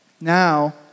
now